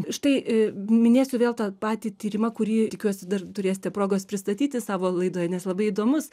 štai minėsiu vėl tą patį tyrimą kurį tikiuosi dar turėsite progos pristatyti savo laidoje nes labai įdomus